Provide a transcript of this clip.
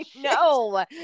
No